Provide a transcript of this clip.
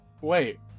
Wait